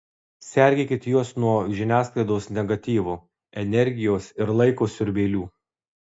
sergėkit juos nuo žiniasklaidos negatyvo energijos ir laiko siurbėlių